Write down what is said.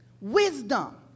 Wisdom